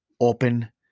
Open